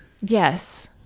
Yes